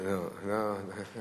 או במסגרת הצעת צחוק?